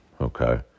Okay